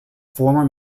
former